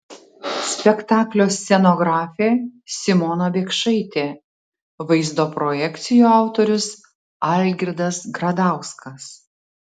spektaklio scenografė simona biekšaitė vaizdo projekcijų autorius algirdas gradauskas